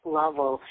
level